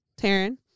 Taryn